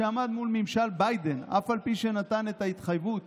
כשעמד מול ממשל ביידן, אף על פי שנתן את ההתחייבות